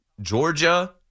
Georgia